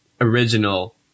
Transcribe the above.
original